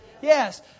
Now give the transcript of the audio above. yes